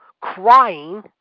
Crying